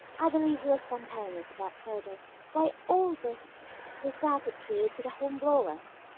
i believe he was spontaneous. but, dodo, why all this this attitude to the hornblowers?